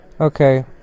Okay